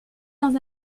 dans